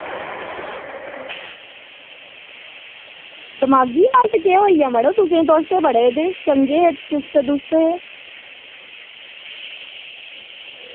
दमागी हाल्त केह् होइया मड़ो तुसें तुस ते बड़े ते चंगे चुस्त दुस्त हे